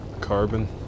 carbon